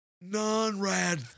non-rad